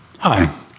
Hi